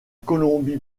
colombie